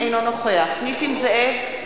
אינו נוכח נסים זאב,